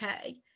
okay